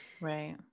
Right